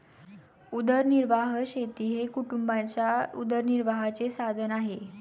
उदरनिर्वाह शेती हे कुटुंबाच्या उदरनिर्वाहाचे साधन आहे